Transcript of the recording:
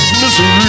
misery